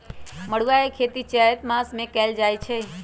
मरुआ के खेती चैत मासमे कएल जाए छै